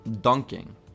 Dunking